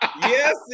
Yes